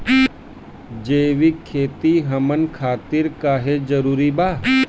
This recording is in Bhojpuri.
जैविक खेती हमन खातिर काहे जरूरी बा?